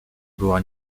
była